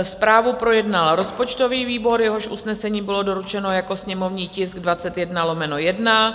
Zprávu projednal rozpočtový výbor, jehož usnesení bylo doručeno jako sněmovní tisk 21/1.